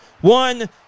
One